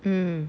mm